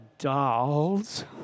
Dolls